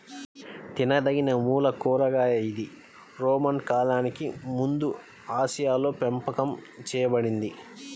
తినదగినమూల కూరగాయ ఇది రోమన్ కాలానికి ముందుఆసియాలోపెంపకం చేయబడింది